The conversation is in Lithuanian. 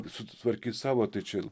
sutvarkyt savo tai čia